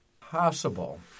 possible